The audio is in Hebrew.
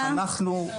אנחנו,